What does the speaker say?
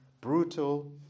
Brutal